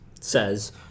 says